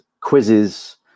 quizzes